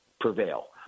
prevail